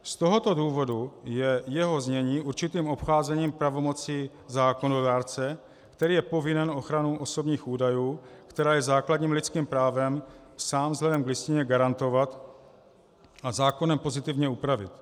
Z tohoto důvodu je jeho znění určitým obcházením pravomocí zákonodárce, který je povinen ochranu osobních údajů, která je základním lidským právem, sám vzhledem k Listině garantovat a zákonem pozitivně upravit.